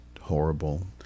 horrible